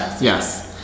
yes